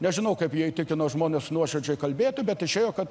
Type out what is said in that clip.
nežinau kaip jie įtikino žmones nuoširdžiai kalbėti bet išėjo kad